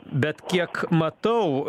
bet kiek matau